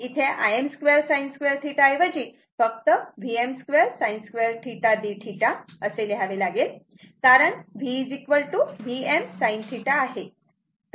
इथे Im2sin2θ ऐवजी फक्त Vm2sin2θdθ असे लिहावे लागेल कारण V Vm sinθ आहे